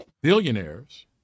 billionaires